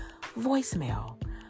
voicemail